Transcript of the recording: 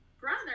brother